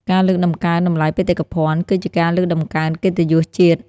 ការលើកតម្កើងតម្លៃបេតិកភណ្ឌ គឺជាការលើកតម្កើងកិត្តិយសជាតិ។